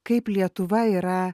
kaip lietuva yra